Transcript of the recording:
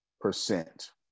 percent